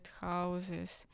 houses